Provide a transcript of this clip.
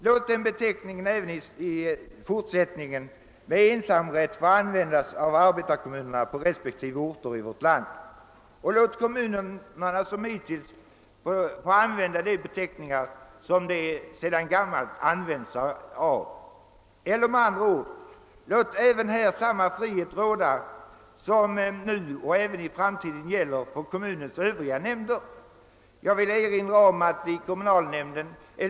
Låt den beteckningen även i fortsättningen med ensamrätt få användas av arbetarkommunerna på respektive orter i vårt land och låt kommunerna som hittills få använda de beteckningar som de sedan gammalt har använt! Eller med andra ord: Låt även här samma frihet råda som nu gäller — och som även i framtiden kommer att gälla — för kommunens övriga nämnder!